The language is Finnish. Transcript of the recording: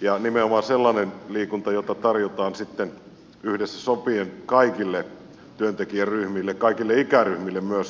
ja nimenomaan sellainen liikunta jota tarjotaan yhdessä sopien kaikille työntekijäryhmille kaikille ikäryhmille myöskin